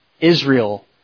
Israel